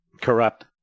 corrupt